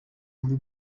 muri